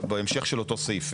בהמשך של אותו סעיף,